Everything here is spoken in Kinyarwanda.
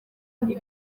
cyane